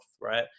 right